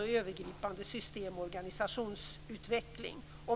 och övergripande system och organisationsutveckling.